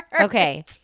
Okay